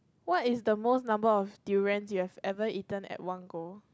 what is the most number of durians you've ever eaten at one go